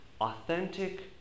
authentic